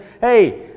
hey